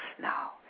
now